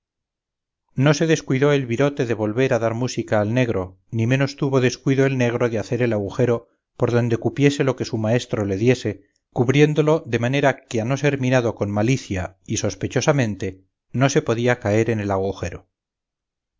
no se descuidó el virote de volver a dar música al negro ni menos tuvo descuido el negro en hacer el agujero por donde cupiese lo que su maestro le diese cubriéndolo de manera que a no ser mirado con malicia y sospechosamente no se podía caer en el agujero